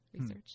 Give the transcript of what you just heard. research